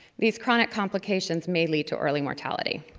these chronic complications may lead to early mortality.